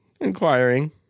inquiring